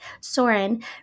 Soren